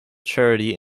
charity